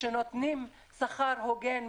כשנותנים שכר הוגן,